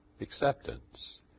acceptance